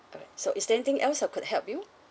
okay so is there anything else I could help you